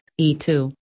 E2